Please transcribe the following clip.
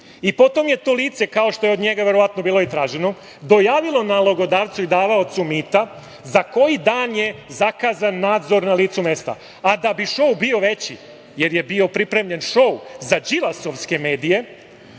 Vučić. Potom je to lice, kao što je od njega verovatno bilo i traženo, dojavilo nalogodavcu i davaocu mita za koji dan je zakazan nadzor na licu mesta. Da bi šou bio veći, jer je bio pripremljen šou za đilasovske medije,